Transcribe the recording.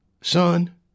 Son